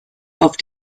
auf